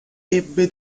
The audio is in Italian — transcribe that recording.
ebbe